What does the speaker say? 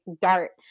dart